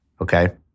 Okay